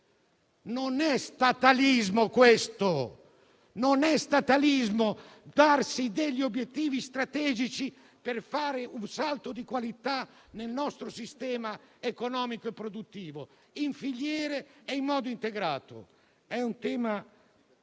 Non è statalismo questo, non è statalismo darsi degli obiettivi strategici per fare un salto di qualità nel nostro sistema economico e produttivo in filiere e in modo integrato. È un tema